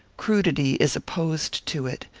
crudity is opposed to it,